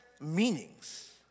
meanings